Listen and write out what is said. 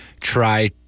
try